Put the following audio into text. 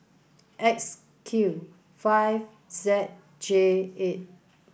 X Q five Z J